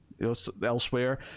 elsewhere